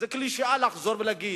זו קלישאה לחזור ולהגיד,